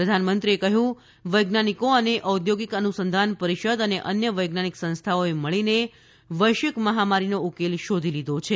પ્રધાનમંત્રીએ કહ્યું કે વૈજ્ઞાનિકો અને ઔદ્યોગિક અનુસંધાન પરિષદ અને અન્ય વૈજ્ઞાનિક સંસ્થાઓએ મળીને વૈશ્વિક મહામારીનો ઉકેલ શોધી લીધો છે